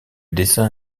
dessin